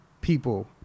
people